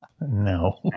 No